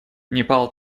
непал